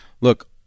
Look